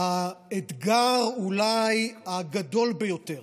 האתגר אולי הגדול ביותר